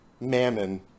mammon